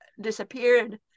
disappeared